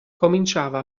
cominciava